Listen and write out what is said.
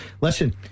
listen